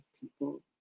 people